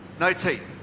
no teeth.